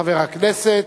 חבר הכנסת.